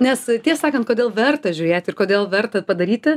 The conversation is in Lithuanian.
nes tiesą sakant kodėl verta žiūrėti ir kodėl verta padaryti